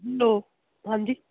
hello ਹਾਂਜੀ